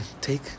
Take